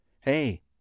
Hey